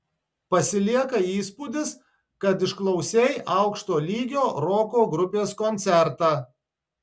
pasilieka įspūdis kad išklausei aukšto lygio roko grupės koncertą